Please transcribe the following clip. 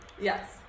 yes